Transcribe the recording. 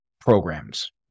programs